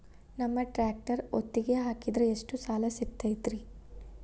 ನಮ್ಮ ಟ್ರ್ಯಾಕ್ಟರ್ ಒತ್ತಿಗೆ ಹಾಕಿದ್ರ ಎಷ್ಟ ಸಾಲ ಸಿಗತೈತ್ರಿ?